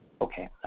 Okay